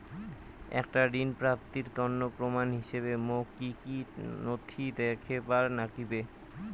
একটা ঋণ প্রাপ্তির তন্ন প্রমাণ হিসাবে মোক কী কী নথি দেখেবার নাগিবে?